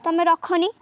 ତମେ ରଖନି